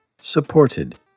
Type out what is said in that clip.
supported